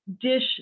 dish